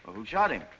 who shot him?